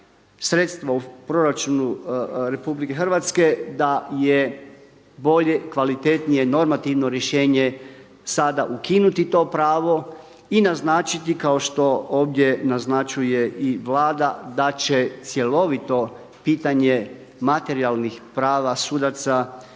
sredstva u proračunu RH da je bolje i kvalitetnije normativno rješenje sada ukinuti to pravo i naznačiti kao što ovdje naznačuje Vlada da će cjelovito pitanje materijalnih prava, sudaca